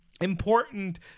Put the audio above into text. important